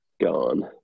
gone